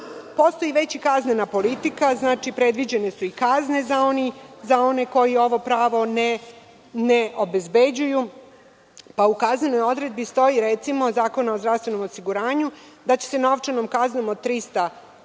Postoji već i kaznena politika. Znači, predviđene su i kazne za one koji ovo pravo ne obezbeđuju, pa u kaznenoj odredbi stoji, recimo, Zakona o zdravstvenom osiguranju, da će se novčanom kaznom od 300.000